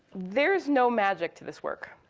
there's no magic to this work.